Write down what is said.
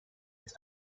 its